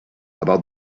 about